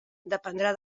dependrà